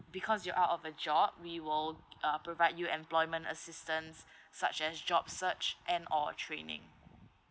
because you're out of a job we will uh provide you employment assistance such as job search and or training